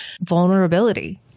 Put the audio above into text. Vulnerability